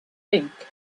ink